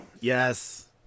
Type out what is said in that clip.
Yes